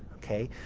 okay.